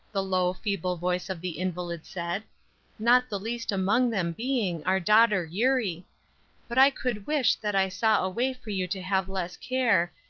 the low, feeble voice of the invalid said not the least among them being, our daughter eurie but i could wish that i saw a way for you to have less care,